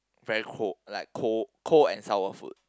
very cold like cold cold and sour food